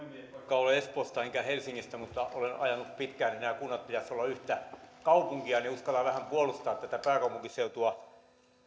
olen espoosta enkä helsingistä niin olen ajanut pitkään sitä että näiden kuntien pitäisi olla yhtä kaupunkia ja uskallan vähän puolustaa pääkaupunkiseutua kun on